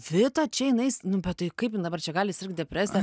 vita čia jinais nu bet tai kaip jin dabar čia gali sirgt depresija